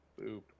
Boop